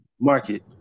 market